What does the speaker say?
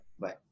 Bye